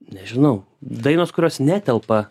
nežinau dainos kurios netelpa